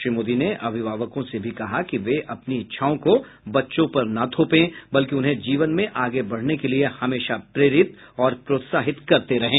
श्री मोदी ने अभिभावकों से भी कहा कि वे अपनी इच्छाओं को बच्चों पर न थोपें बल्कि उन्हें जीवन में आगे बढ़ने के लिए हमेशा प्रेरित और प्रोत्साहित करते रहें